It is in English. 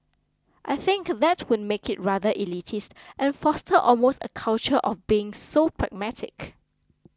I think that would make it rather elitist and foster almost a culture of being so pragmatic